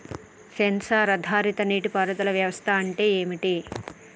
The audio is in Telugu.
సెన్సార్ ఆధారిత నీటి పారుదల వ్యవస్థ అంటే ఏమిటి?